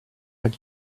like